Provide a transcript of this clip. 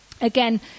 Again